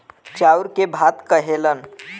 चाउर के भात कहेलन